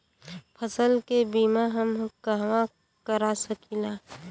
फसल के बिमा हम कहवा करा सकीला?